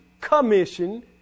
commission